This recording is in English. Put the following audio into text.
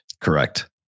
Correct